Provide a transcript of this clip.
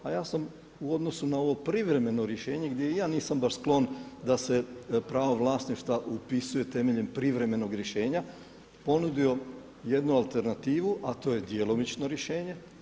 A ja sam u odnosu na ovo privremeno rješenje gdje ja nisam baš sklon da se pravo vlasništva upisuje temeljem privremenog rješenja ponudio jednu alternativu, a to je djelomično rješenje.